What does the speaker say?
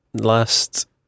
last